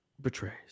betrays